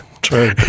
True